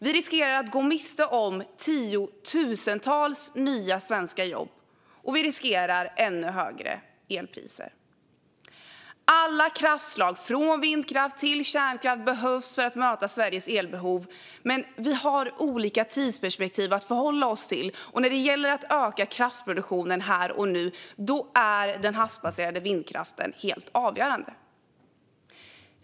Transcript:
Vi riskerar att gå miste om tiotusentals nya svenska jobb, och vi riskerar ännu högre elpriser. Alla kraftslag, från vindkraft till kärnkraft, behövs för att möta Sveriges elbehov. Men vi har olika tidsperspektiv att förhålla oss till, och när det gäller att öka kraftproduktionen här och nu är den havsbaserade vindkraften helt avgörande.